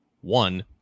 one